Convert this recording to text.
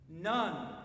None